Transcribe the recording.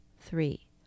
Three